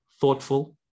thoughtful